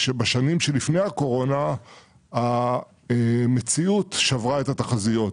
בשנים שלפני הקורונה המציאות שברה את התחזיות,